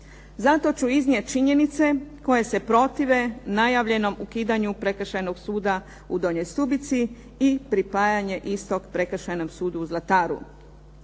Zato ću iznijeti činjenice koje se protive najavljenom ukidanju Prekršajnog suda u Donjoj Stubici i pripajanje istog Prekršajnom sudu u Zlataru.